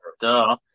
Duh